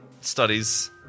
studies